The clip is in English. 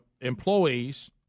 employees